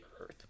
earth